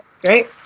Great